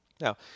Now